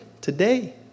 today